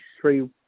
three